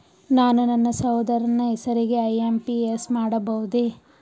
ನಾನು ನನ್ನ ಸಹೋದರನ ಹೆಸರಿಗೆ ಐ.ಎಂ.ಪಿ.ಎಸ್ ಮಾಡಬಹುದೇ?